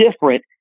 different